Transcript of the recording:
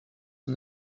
and